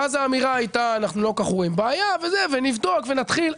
ואז האמירה הייתה אנחנו לא כל כך רואים בעיה ונבדוק ונתחיל.